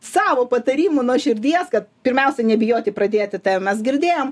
savo patarimų nuo širdies kad pirmiausiai nebijoti pradėti tą jau mes girdėjom